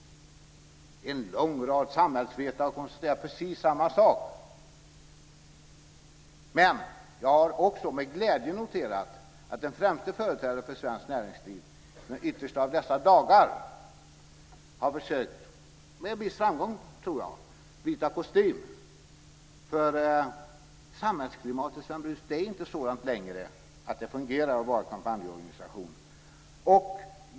En lång rad samhällsvetare har konstaterat precis samma sak. Men jag har också med glädje noterat att den främsta företrädaren för svenskt näringsliv på yttersta av dessa dagar har försökt - med viss framgång, tror jag - byta kostym för samhällsklimatet, Sven Brus, är inte sådant längre att det fungerar att vara en kampanjorganisation.